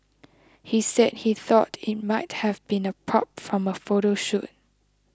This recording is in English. he said he thought it might have been a prop from a photo shoot